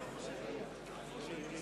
הכנסת שלא להשאיר סימנים כאלה או